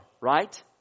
right